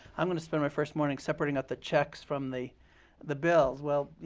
i'm going to spend my first morning separating out the checks from the the bills. well,